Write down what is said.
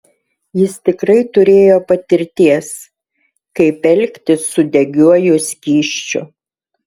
jis tikrai turėjo patirties kaip elgtis su degiuoju skysčiu